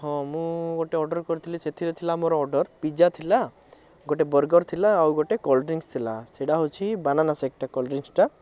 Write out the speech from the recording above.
ହଁ ମୁଁ ଗୋଟେ ଅର୍ଡ଼ର କରିଥିଲି ସେଥିରେ ଥିଲା ମୋର ଅର୍ଡ଼ର ପିଜ୍ଜା ଥିଲା ଗୋଟେ ବର୍ଗର ଥିଲା ଆଉ ଗୋଟେ କୋଲ୍ଡ୍ରିଙ୍କସ୍ ଥିଲା ସେଇଟା ହଉଛି ବାନାନା ଶେକ୍ କୋଲ୍ଡ୍ରିଙ୍କସ୍ଟା